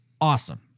awesome